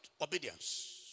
Obedience